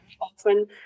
often